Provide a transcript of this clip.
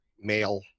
male